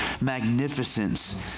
magnificence